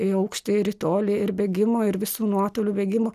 į aukštį ir į tolį ir bėgimo ir visų nuotolių bėgimo